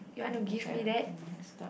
cause everything messed up